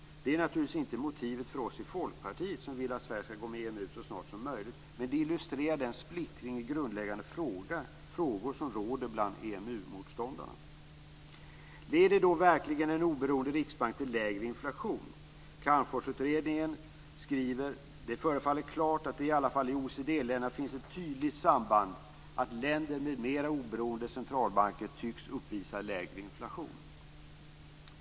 Det är naturligtvis inte motivet för oss i Folkpartiet, som vill att Sverige skall gå med i EMU så snart som möjligt, men det illustrerar den splittring i grundläggande frågor som råder bland Leder då verkligen en oberoende riksbank till lägre inflation? Calmforsutredningen skriver: "Det förefaller klart att det i alla fall i OECD-länderna finns ett tydligt samband - länder med mera" - oberoende - "centralbanker tycks uppvisa lägre inflation."